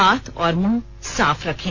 हाथ और मुंह साफ रखें